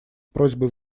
просьбой